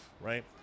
right